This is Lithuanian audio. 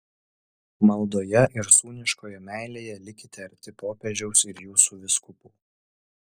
maldoje ir sūniškoje meilėje likite arti popiežiaus ir jūsų vyskupų